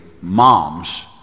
moms